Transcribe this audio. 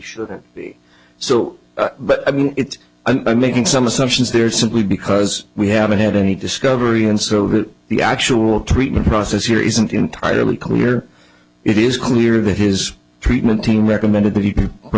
shouldn't be so but i mean it's i making some assumptions there simply because we haven't had any discovery and so to the actual treatment process here isn't entirely clear it is clear that his treatment team recommended that